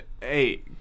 hey